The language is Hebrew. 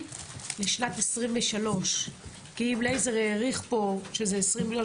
הנכון לשנת 23'. כי אם אליעזר העריך פה שזה 20 מיליון